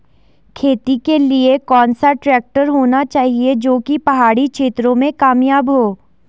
खेती के लिए कौन सा ट्रैक्टर होना चाहिए जो की पहाड़ी क्षेत्रों में कामयाब हो?